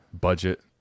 budget